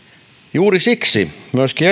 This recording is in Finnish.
juuri siksi myöskin